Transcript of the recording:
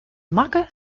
makke